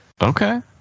okay